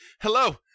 hello